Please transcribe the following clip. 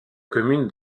commune